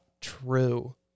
true